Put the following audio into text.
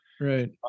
Right